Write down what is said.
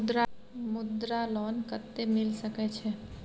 मुद्रा लोन कत्ते मिल सके छै?